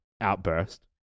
outburst